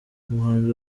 umuhanzi